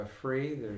free